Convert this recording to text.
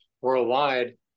worldwide